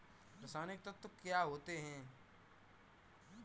रसायनिक तत्व क्या होते हैं?